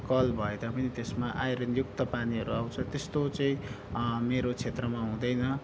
call भए तापनि त्यसमा आइरनयुक्त पानीहरू आउँछ त्यस्तो चाहिँ मेरो क्षेत्रमा हुँदैन